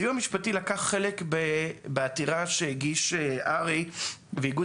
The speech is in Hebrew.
הסיוע המשפטי לקח חלק בעתירה שהגישו הר"י ואיגוד